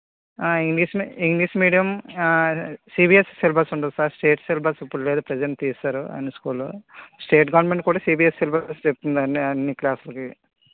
English medium English medium CBSE syllabus ఉండదు sir state syllabus ఇప్పుడు లేదు ప్రజెంట్ తీసేశారు అన్నీ స్కూల్ లో స్టేట్ గవర్నమెంట్ కూడా సిబిఎస్ సిలబస్ చెప్తుంది అన్నీ అన్నీ క్లాసు లకి